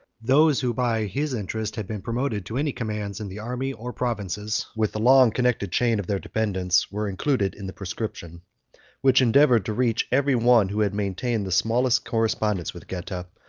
those who by his interest had been promoted to any commands in the army or provinces, with the long connected chain of their dependants, were included in the proscription which endeavored to reach every one who had maintained the smallest correspondence with geta,